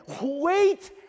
wait